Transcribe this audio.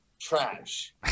trash